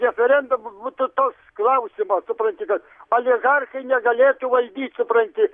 referendumus būtų toks klausimas supranti kad oligarchai negalėtų valdyt supranti